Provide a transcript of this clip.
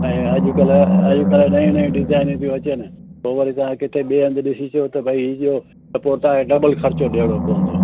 ऐं अॼुकल्ह अॼुकल्ह नयूं नयूं डिज़ाइनूं थियूं अचनि त उहो वरी तव्हां किथे ॿिए हंध ॾिसी अचो त भई ही जो त पोइ तव्हांखे डबल ख़र्चो ॾियणो पवंदो